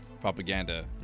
propaganda